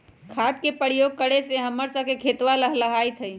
खाद के प्रयोग करे से हम्मर स के खेतवा लहलाईत हई